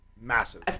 Massive